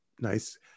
nice